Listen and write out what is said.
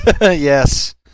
Yes